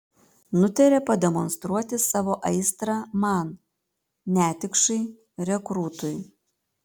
nutarė pademonstruoti savo aistrą man netikšai rekrūtui